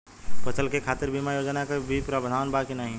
फसल के खातीर बिमा योजना क भी प्रवाधान बा की नाही?